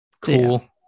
Cool